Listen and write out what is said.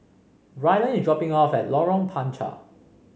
Ryland is dropping off at Lorong Panchar